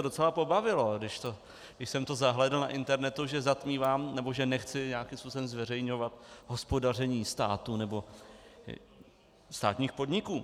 Docela mě to pobavilo, když jsem to zahlédl na internetu, že zatmívám, nebo že nechci nějakým způsobem zveřejňovat hospodaření státu nebo státních podniků.